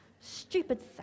Stupid